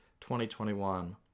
2021